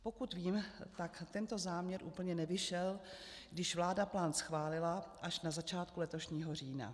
Pokud vím, tak tento záměr úplně nevyšel, když vláda plán schválila až na začátku letošního října.